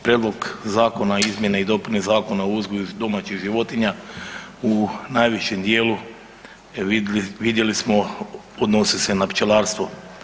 Prijedlog zakona izmjene i dopune Zakona o uzgoju domaćih životinja u najvećem dijelu vidjeli smo odnosi se na pčelarstvo.